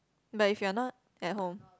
but if you are not at home